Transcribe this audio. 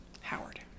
Howard